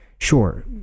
sure